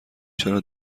چرا